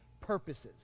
purposes